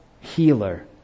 healer